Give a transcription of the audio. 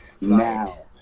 now